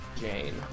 Jane